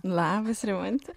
labas rimante